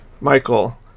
Michael